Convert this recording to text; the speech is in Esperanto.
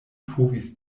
povis